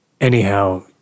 Anyhow